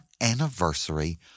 anniversary